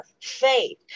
faith